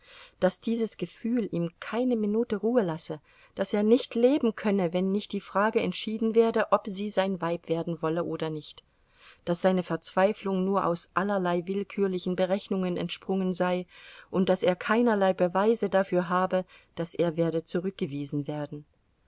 daß dieses gefühl ihm keine minute ruhe lasse daß er nicht leben könne wenn nicht die frage entschieden werde ob sie sein weib werden wolle oder nicht daß seine verzweiflung nur aus allerlei willkürlichen berechnungen entsprungen sei und daß er keinerlei beweise dafür habe daß er werde zurückgewiesen werden